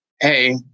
hey